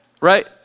Right